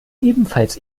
ebenfalls